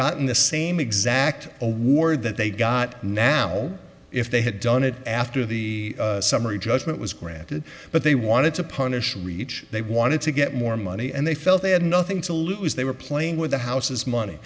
gotten the same exact award that they got now if they had done it after the summary judgment was granted but they wanted to punish reach they wanted to get more money and they felt they had nothing to lose they were playing with the house's money